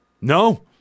No